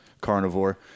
carnivore